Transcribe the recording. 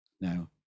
now